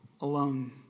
alone